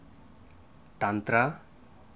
tantra